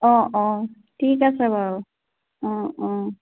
অঁ অঁ ঠিক আছে বাৰু অঁ অঁ